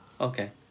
Okay